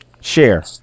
Share